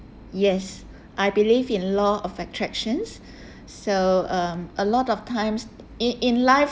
yes I believe in law of attractions so um a lot of times in in life